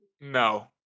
No